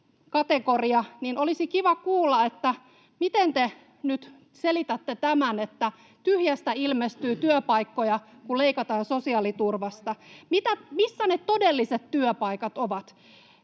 kategoria, niin olisi kiva kuulla, miten te nyt selitätte tämän, että tyhjästä ilmestyy työpaikkoja, kun leikataan sosiaaliturvasta. Missä ne todelliset työpaikat ovat?